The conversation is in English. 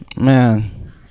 Man